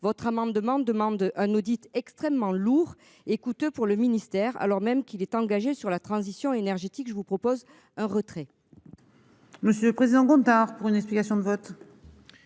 votre amendement demande un audit extrêmement lourd et coûteux pour le ministère, alors même qu'il est engagé sur la transition énergétique. Je vous propose un retrait. Monsieur le président Gontard pour une explication de vote.